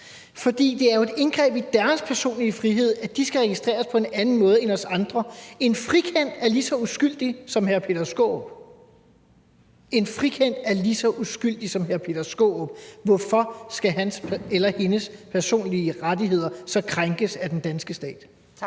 for det er jo et indgreb i deres personlige frihed, at de skal registreres på en anden måde end os andre. En frikendt er lige så uskyldig som hr. Peter Skaarup. Når en frikendt er lige så uskyldig som hr. Peter Skaarup, hvorfor skal hans eller hendes personlige rettigheder så krænkes af den danske stat? Kl.